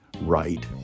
right